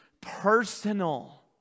personal